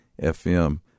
FM